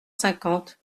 cinquante